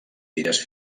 tires